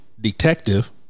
Detective